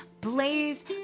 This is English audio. Blaze